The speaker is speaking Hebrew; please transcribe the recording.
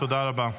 תודה רבה.